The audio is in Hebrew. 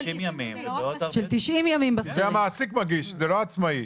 זה המעסיק מגיש, זה לא העצמאי.